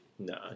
No